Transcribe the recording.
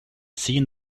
seen